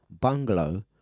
bungalow